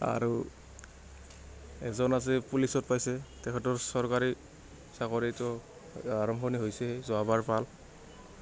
আৰু এজন আজি পুলিচত পাইছে তেখেতৰ চৰকাৰী চাকৰিটো আৰম্ভণি হৈছে যোৱাবাৰ পাল